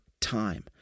time